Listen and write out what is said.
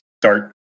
start